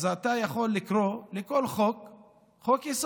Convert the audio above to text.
אז אתה יכול לקרוא לכל חוק "חוק-יסוד",